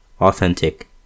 Authentic